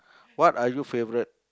what are you favourite